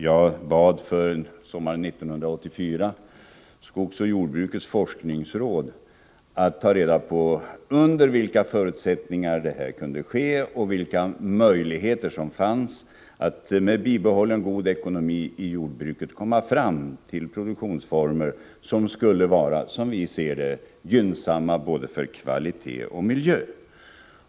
Jag bad sommaren 1984 skogsoch jordbrukets forskningsråd att ta reda på under vilka förutsättningar det kunde ske och vilka möjligheter som fanns att med bibehållen god ekonomi i jordbruket komma fram till produktionsformer som skulle vara, som vi ser det, gynnsamma för både kvalitet och miljö.